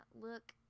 look